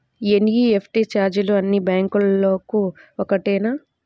NEFT ఛార్జీలు అన్నీ బ్యాంక్లకూ ఒకటేనా?